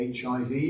HIV